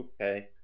Okay